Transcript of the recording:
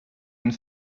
and